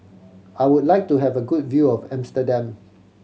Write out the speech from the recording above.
I would like to have a good view of Amsterdam